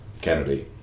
Kennedy